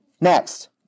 Next